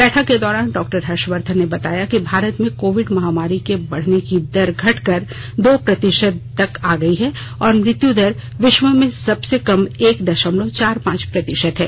बैठक के दौरान डॉ हर्षवर्धन ने बताया कि भारत में कोविड महामारी के बढ़ने की दर घटकर दो प्रतिशत तक आ गई है और मृत्यु दर विश्व में सबसे कम एक दशमलव चार पांच प्रतिशत है